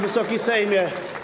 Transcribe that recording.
Wysoki Sejmie!